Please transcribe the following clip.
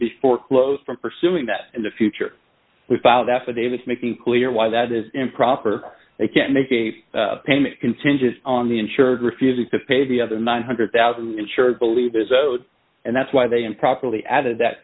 be foreclosed from pursuing that in the future without affidavits making clear why that is improper they can't make a payment contingent on the insured refusing to pay the other nine hundred thousand insured believe is owed and that's why they improperly added that